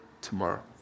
tomorrow